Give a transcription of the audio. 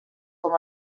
com